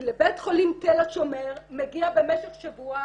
כי לבית חולים תל השומר מגיעות במשך שבוע